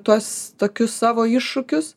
tuos tokius savo iššūkius